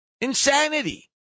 insanity